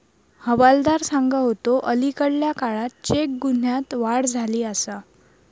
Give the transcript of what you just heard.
हवालदार सांगा होतो, अलीकडल्या काळात चेक गुन्ह्यांत वाढ झाली आसा